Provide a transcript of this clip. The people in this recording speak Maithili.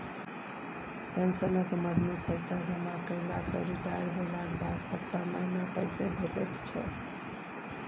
पेंशनक मदमे पैसा जमा कएला सँ रिटायर भेलाक बाद सभटा महीना पैसे भेटैत छै